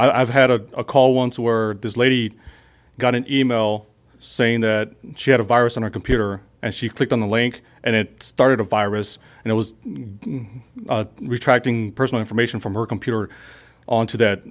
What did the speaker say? have had a call once where does lady got an e mail saying that she had a virus on her computer and she clicked on the link and it started a virus and it was retracting personal information from her computer on to that